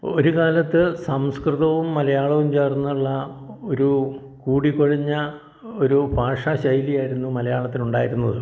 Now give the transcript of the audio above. ഒരു കാലത്ത് സംസ്കൃതവും മലയാളവും ചേർന്നുള്ള ഒരു കൂടിക്കുഴഞ്ഞ ഒരു ഭാഷാ ശൈലിയായിരുന്നു മലയാളത്തിനുണ്ടായിരുന്നത്